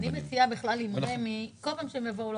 אני מציעה בכלל עם רמ"י בכל פעם שהם יבואו לא